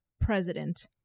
president